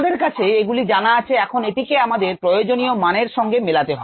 আমাদের কাছে এগুলি জানা আছে এখন এটিকে আমাদের প্রয়োজনীয় মানের সঙ্গে মেলাতে হবে